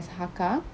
hakka